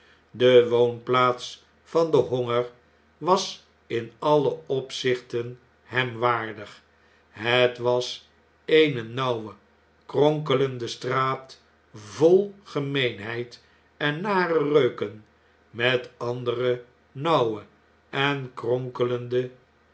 de woonplaats van den honger was in alle opzichten hem waardig het was eene nauwe kronkelende straat vol gemeenheid en nare reuken met andere nauwe en kronkelende